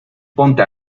ponte